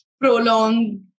prolonged